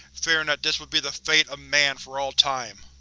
fearing that this would be the fate of man for all time.